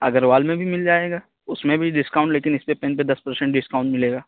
اگروال میں بھی مل جائے گا اس میں بھی ڈسکاؤن لیکن اس پہ پین پہ دس پرسین ڈسکاؤن ملے گا